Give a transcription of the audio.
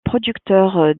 producteur